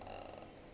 uh